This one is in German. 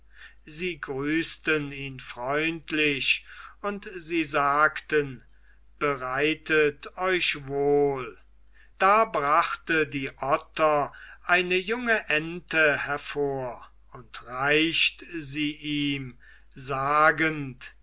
sie grüßten ihn freundlich und sie sagten bereitet euch wohl da brachte die otter eine junge ente hervor und reicht sie ihm sagend